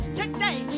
today